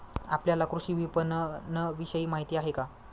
आपल्याला कृषी विपणनविषयी माहिती आहे का?